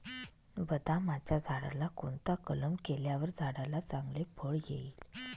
बदामाच्या झाडाला कोणता कलम केल्यावर झाडाला चांगले फळ येईल?